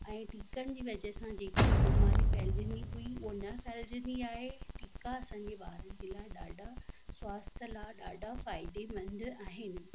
ऐं टीकनि जी वजह सां जेकी बीमारियूं फैलजंदी हुई उहा न फैलजंदी आहे टीका असांजे ॿार जे स्वास्थ्य लाइ ॾाढा फ़ाइदेमंद आहिनि